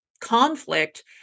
conflict